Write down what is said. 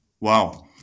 Wow